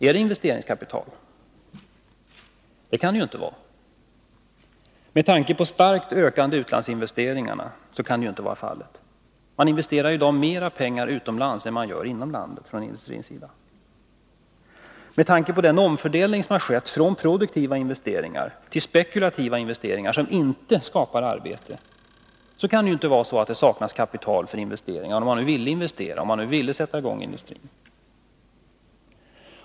Är det investeringskapital? Nej, det kan det inte vara, med tanke på de starkt ökande utlandsinvesteringarna. Industrin investerar ju i dag mer utomlands än inom landet. Och med tanke på den omfördelning som har skett från produktiva till spekulativa investeringar, som inte skapar arbete, kan det inte saknas kapital för investeringar — om man nu ville investera och sätta i gång industrin.